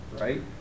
right